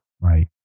Right